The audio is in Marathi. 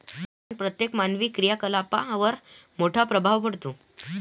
कारण प्रत्येक मानवी क्रियाकलापांवर मोठा प्रभाव पडतो